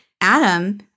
Adam